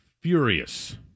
furious